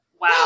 Wow